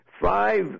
five